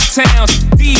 towns